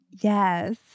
Yes